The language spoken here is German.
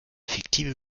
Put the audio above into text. fiktive